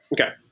Okay